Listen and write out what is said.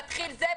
מתחיל זה,